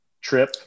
trip